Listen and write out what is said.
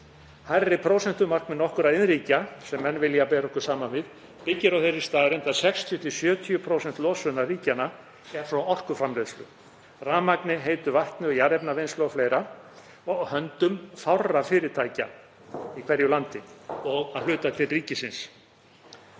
Hærri prósentumarkmið nokkurra iðnríkja, sem menn vilja bera okkur saman við, byggja á þeirri staðreynd að 60–70% af losun ríkjanna er frá orkuframleiðslu, rafmagni, heitu vatni og jarðefnavinnslu o.fl. og er á höndum fárra fyrirtækja í hverju landi og að hluta til ríkisins.